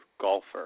golfer